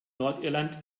nordirland